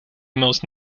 mouse